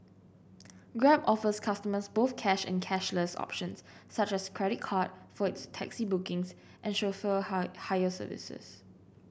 grab offers customers both cash and cashless options such as credit card for its taxi bookings and chauffeur hire services